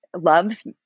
loves